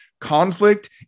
Conflict